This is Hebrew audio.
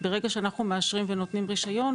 ברגע שאנחנו מאשרים ונותנים רישיון,